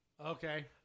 Okay